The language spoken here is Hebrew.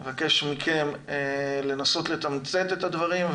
אני מבקש מכם לנסות לתמצת את הדברים,